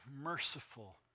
merciful